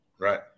Right